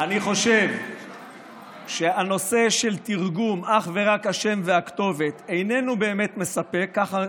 אני חושב שהנושא של תרגום של אך ורק השם והכתובת איננו מספק באמת,